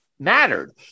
mattered